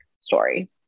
story